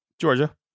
Georgia